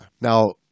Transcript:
Now